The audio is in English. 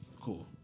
Cool